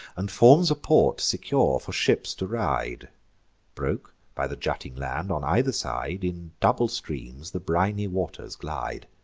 and forms a port secure for ships to ride broke by the jutting land, on either side, in double streams the briny waters glide.